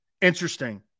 interesting